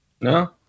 No